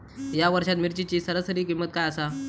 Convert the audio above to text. या वर्षात मिरचीची सरासरी किंमत काय आसा?